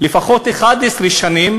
11 שנים